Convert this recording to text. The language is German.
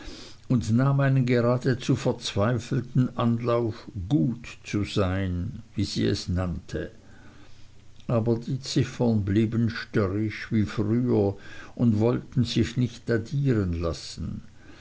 und nahm einen geradezu verzweifelten anlauf gut zu sein wie sie es nannte aber die ziffern blieben störrisch wie früher und wollten sich nicht addieren lassen